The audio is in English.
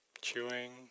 Chewing